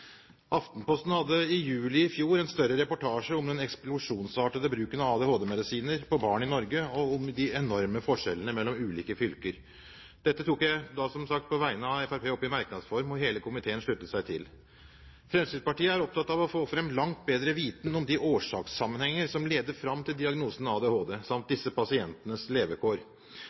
Aftenposten hadde i juli i fjor en større reportasje om den eksplosjonsartede bruken av ADHD-medisiner på barn i Norge og om de enorme forskjellene mellom ulike fylker. Dette tok jeg da, som sagt, på vegne av Fremskrittspartiet opp i merknadsform, og hele komiteen sluttet seg til. Fremskrittspartiet er opptatt av å få fram langt bedre viten om de årsakssammenhenger som leder fram til diagnosen ADHD, samt disse pasientenes levekår.